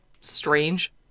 strange